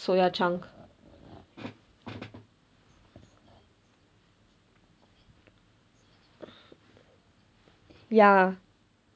soya chunk ya